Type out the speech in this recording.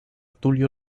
tulio